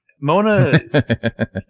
Mona